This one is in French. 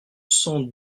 cent